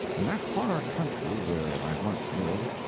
in that far country where i once lived,